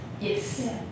Yes